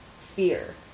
fear